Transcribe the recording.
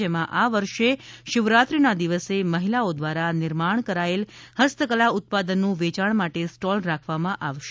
જેમાં આ વર્ષે શિવરાત્રીના દિવસે મહિલાઓ દ્વારા નિર્માણ કરાયેલ હસ્તકલા ઉત્પાદનનુ વેચાણ માટે સ્ટોલ રાખવામાં આવેલ છે